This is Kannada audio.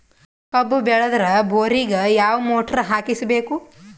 ಕಬ್ಬು ಬೇಳದರ್ ಬೋರಿಗ ಯಾವ ಮೋಟ್ರ ಹಾಕಿಸಬೇಕು?